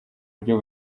buryo